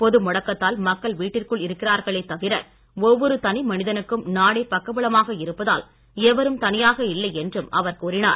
பொது முடக்கத்தால் மக்கள் வீட்டிற்குள் இருக்கிறார்களே தவிர ஒவ்வொரு தனி மனிதனுக்கும் நாடே பக்க பலமாக இருப்பதால் எவரும் தனியாக இல்லை என்றும் அவர் கூறினார்